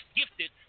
gifted